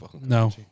No